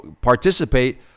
participate